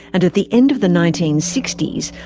and at the end of the nineteen sixty s,